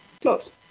Close